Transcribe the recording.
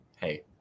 hey